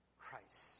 Christ